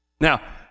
Now